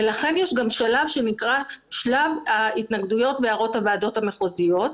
ולכן יש גם שלב שנקרא שלב ההתנגדויות והערות הוועדות המחוזיות,